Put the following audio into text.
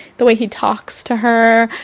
the way he talks to her,